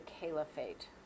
caliphate